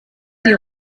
die